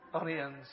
onions